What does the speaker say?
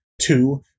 Two